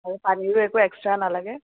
আৰু পানীৰো একো এক্সট্ৰা নালাগে